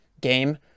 game